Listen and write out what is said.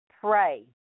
pray